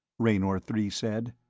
raynor three said.